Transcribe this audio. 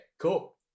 cool